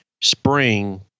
spring